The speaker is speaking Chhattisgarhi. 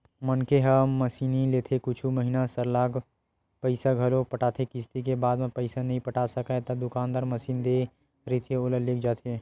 मनखे ह मसीनलेथे कुछु महिना सरलग पइसा घलो पटाथे किस्ती के बाद म पइसा नइ पटा सकय ता दुकानदार मसीन दे रहिथे ओला लेग जाथे